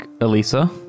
Elisa